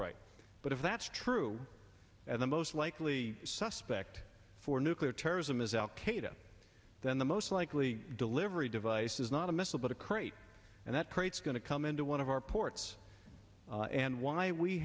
right but if that's true and the most likely suspect for nuclear terrorism is al qaeda then the most likely delivery device is not a missile but a crate and that crates going to come into one of our ports and why we